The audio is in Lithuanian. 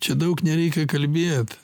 čia daug nereikia kalbėt